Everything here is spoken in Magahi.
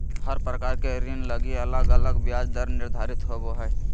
हर प्रकार के ऋण लगी अलग अलग ब्याज दर निर्धारित होवो हय